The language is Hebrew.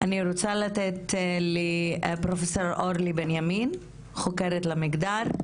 אני רוצה לתת לפרופסור אורלי בנימין, חוקרת למגדר,